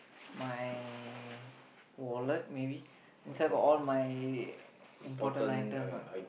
my wallet maybe inside got all my important item [what]